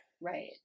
right